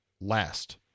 last